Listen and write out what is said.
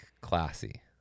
classy